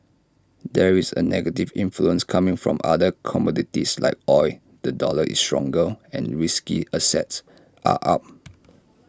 there is A negative influence coming from other commodities like oil the dollar is stronger and risky assets are up